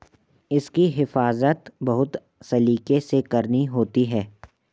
इसकी हिफाज़त बहुत सलीके से करनी होती है